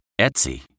Etsy